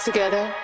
Together